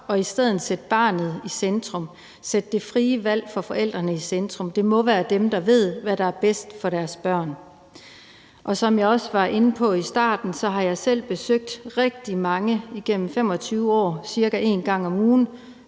og i stedet sætte barnet i centrum, sætte det frie valg for forældrene i centrum. Det må være dem, der ved, hvad der bedst for deres børn. Som jeg også var inde på i starten, har jeg selv besøgt rigtig mange fri-, privat- og